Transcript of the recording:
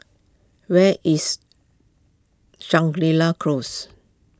where is Shangri La Close